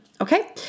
Okay